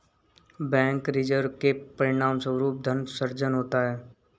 bank reserve के परिणामस्वरूप धन सृजन होता है